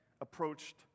approached